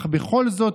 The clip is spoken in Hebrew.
אך בכל זאת,